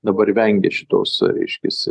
dabar vengia šitos reiškiasi